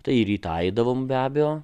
tai rytą eidavome be abejo